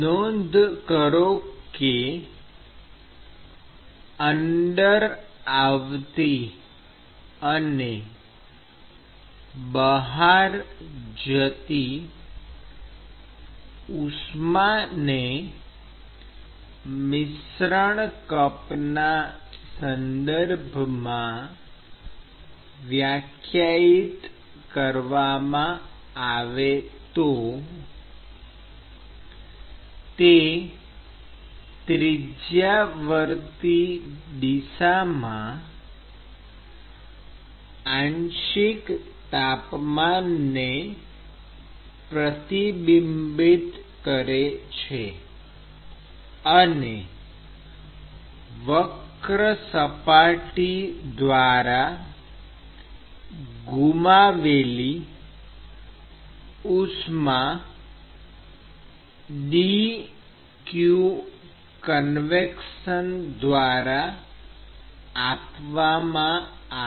નોંધ કરો કે અંદર આવતી અને બહાર જતી ઉષ્માને મિશ્રણ કપ ના સંદર્ભમાં વ્યાખ્યાયિત કરવામાં આવે તો તે ત્રિજ્યાવર્તી દિશામાં આંશિક તાપમાન ને પ્રતિબિંબિત કરે છે અને વક્ર સપાટી દ્વારા ગુમાવેલી ઉષ્મા dqconv દ્વારા આપવામાં આવે છે